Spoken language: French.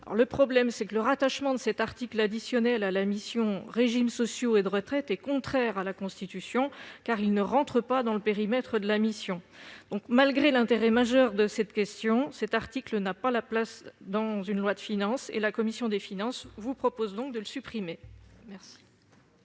Le problème est que le rattachement de cet article à la mission « Régimes sociaux et de retraite » est contraire à la Constitution, car il n'entre pas dans le périmètre de cette mission. Malgré l'intérêt majeur de cette question, cet article n'a pas sa place dans une loi de finances ; c'est pourquoi nous vous proposons de le supprimer.